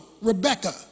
Rebecca